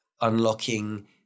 unlocking